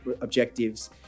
objectives